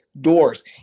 doors